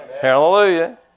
Hallelujah